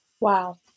Wow